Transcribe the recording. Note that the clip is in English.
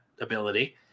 ability